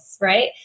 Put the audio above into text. Right